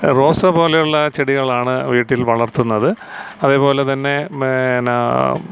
റോസ പോലെയുള്ള ചെടികളാണ് വീട്ടിൽ വളർത്തുന്നത് അതേപോലെതന്നെ മേ ന്നാ